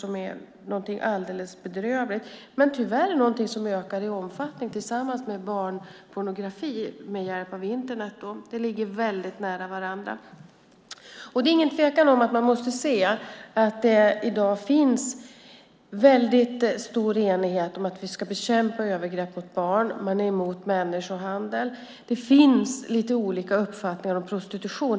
Det är någonting alldeles bedrövligt, men det är tyvärr någonting som ökar i omfattning tillsammans med barnpornografi, med hjälp av Internet. De ligger väldigt nära varandra. Det är ingen tvekan om att det i dag finns en stor enighet om att vi ska bekämpa övergrepp mot barn. Man är emot människohandel. Det finns lite olika uppfattningar om prostitution.